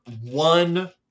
one